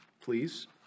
please